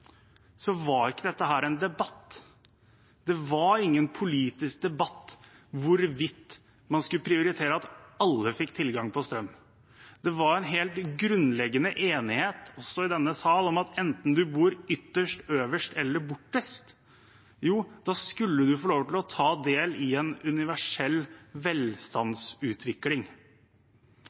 var ikke dette en debatt. Det var ingen politisk debatt om hvorvidt man skulle prioritere at alle fikk tilgang på strøm. Det var en helt grunnleggende enighet, også i denne sal, om at enten man bodde ytterst, øverst eller borterst, skulle man få lov til å ta del i en universell velstandsutvikling.